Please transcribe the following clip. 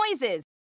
noises